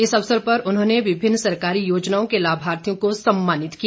इस अवसर पर उन्होंने विभिन्न सरकारी योजनाओं के लाभार्थियों को सम्मानित किया